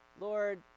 Lord